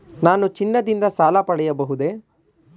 ನಾನು ಚಿನ್ನದಿಂದ ಸಾಲ ಪಡೆಯಬಹುದೇ?